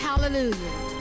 Hallelujah